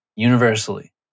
universally